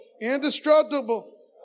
indestructible